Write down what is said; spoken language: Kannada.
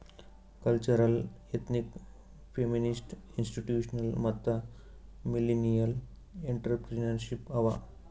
ಕಲ್ಚರಲ್, ಎಥ್ನಿಕ್, ಫೆಮಿನಿಸ್ಟ್, ಇನ್ಸ್ಟಿಟ್ಯೂಷನಲ್ ಮತ್ತ ಮಿಲ್ಲಿನಿಯಲ್ ಎಂಟ್ರರ್ಪ್ರಿನರ್ಶಿಪ್ ಅವಾ